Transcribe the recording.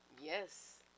Yes